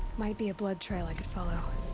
might be a blood trail i could follow.